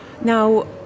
now